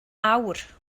awr